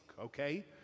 okay